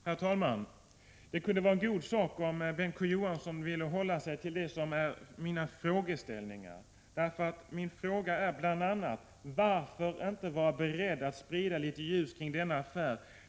Herr talman! Det kunde vara en god sak om Bengt K. Å. Johansson ville hålla sig till det som är mina frågeställningar. Min fråga gällde bl.a.: Varför inte vara beredd att sprida litet ljus kring denna affär?